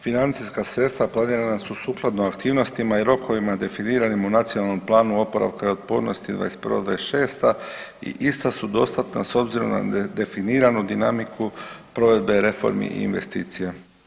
Financijska sredstva planirana su sukladno aktivnostima i rokovima definiranima u Nacionalnom planu oporavka i otpornosti '21.-'26. i ista su dostatna s obzirom na definiranu dinamiku provedbe reformi i investicija.